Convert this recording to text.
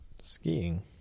Skiing